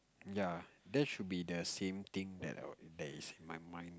ya that should be the same thing that I'd that is in my mind